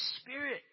Spirit